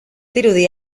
dirudi